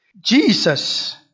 Jesus